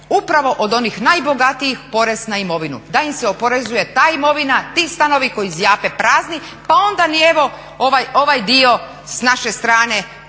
upravo od onih najbogatijih porez na imovinu. Da im se oporezuje ta imovina, ti stanovi koji zjape prazni pa onda ni ovaj dio s naše strane